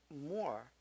more